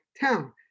Town